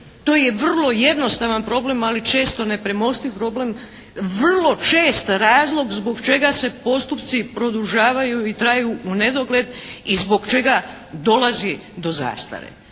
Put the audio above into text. To je vrlo jednostavan problem ali često nepremostiv problem. Vrlo čest razlog zbog čega se postupci produžavaju i traju unedogled i zbog čega dolazi do zastare.